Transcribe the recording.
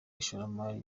ishoramari